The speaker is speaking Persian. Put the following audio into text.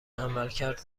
عملکرد